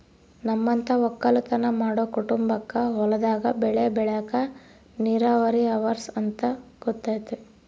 ನಮ್ಮಂತ ವಕ್ಕಲುತನ ಮಾಡೊ ಕುಟುಂಬಕ್ಕ ಹೊಲದಾಗ ಬೆಳೆ ಬೆಳೆಕ ನೀರಾವರಿ ಅವರ್ಸ ಅಂತ ಗೊತತೆ